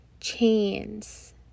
chains